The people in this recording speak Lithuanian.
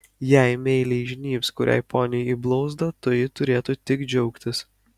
jei meiliai įžnybs kuriai poniai į blauzdą toji turėtų tik džiaugtis